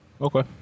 Okay